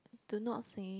do not say